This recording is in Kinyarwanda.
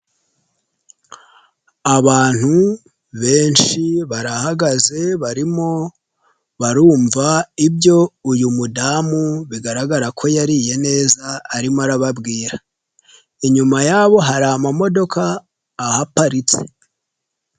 Abantu benshi barahagaze barimo barumva ibyo uyu mudamu bigaragara ko yariye neza arimo arababwira, inyuma yabo hari amamodoka ahaparitse.